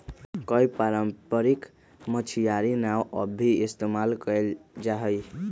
कई पारम्परिक मछियारी नाव अब भी इस्तेमाल कइल जाहई